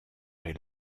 est